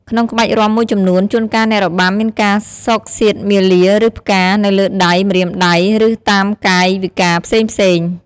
ក្នុងក្បាច់រាំមួយចំនួន ជួនកាលអ្នករបាំមានការស៊កសៀតមាលា ឬ ផ្កា នៅលើដៃ ម្រាមដៃ ឬតាមកាយវិការផ្សេងៗ។